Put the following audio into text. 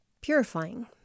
purifying